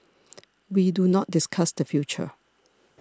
we do not discuss the future